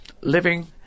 living